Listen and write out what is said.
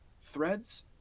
threads